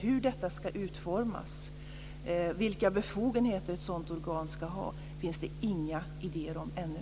Hur detta ska utformas, vilka befogenheter ett sådant organ ska ha finns det inga idéer om ännu.